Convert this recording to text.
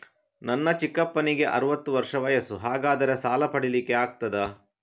ನನ್ನ ಚಿಕ್ಕಪ್ಪನಿಗೆ ಅರವತ್ತು ವರ್ಷ ವಯಸ್ಸು, ಹಾಗಾದರೆ ಸಾಲ ಪಡೆಲಿಕ್ಕೆ ಆಗ್ತದ?